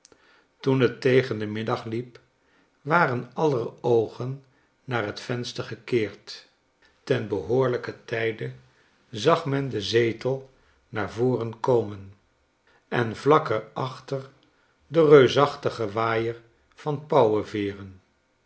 toen het tegen den middag liep waren aller oogen naar het venster gekeerd ten behoorlijken tijde zag men den zetel naar voren komen en vlak er achter den reusachtigen waaier van